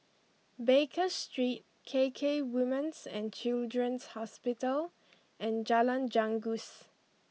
Baker Street K K Women's and Children's Hospital and Jalan Janggus